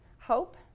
hope